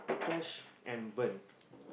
crash and burn